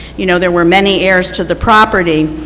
you know there were many heirs to the property.